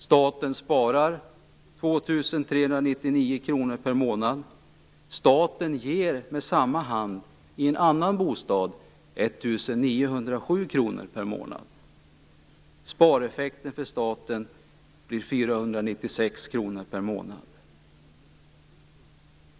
Staten sparar 2 399 kr per månad, samtidigt som staten med samma hand ger för en annan bostad 1 907 kr per månad. Spareffekten för staten blir 496 kr per månad.